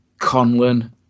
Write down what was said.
Conlon